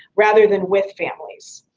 rather than with families.